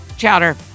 chowder